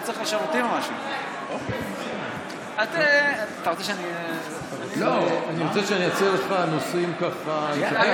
אתה רוצה שאני אציע לך נושאים לדבר?